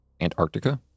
Antarctica